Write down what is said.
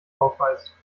aufweist